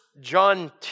John